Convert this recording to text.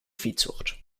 viehzucht